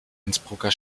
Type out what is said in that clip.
innsbrucker